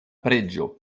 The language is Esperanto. preĝo